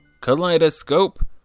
Kaleidoscope